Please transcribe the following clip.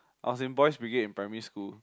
I was in Boys Brigade in primary school